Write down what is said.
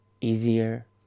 easier